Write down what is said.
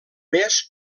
mes